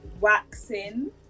waxing